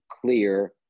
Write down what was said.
clear